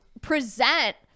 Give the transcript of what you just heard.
present